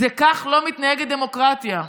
כך לא מתנהגת דמוקרטיה.